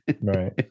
right